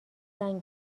زنگ